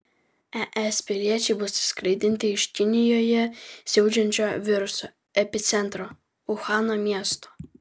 es piliečiai bus išskraidinti iš kinijoje siaučiančio viruso epicentro uhano miesto